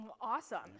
Awesome